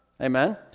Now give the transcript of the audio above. Amen